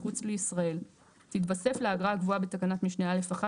מחוץ לישראל - תתווסף לאגרה הקבועה בתקנת משנה (א)(1)